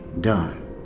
done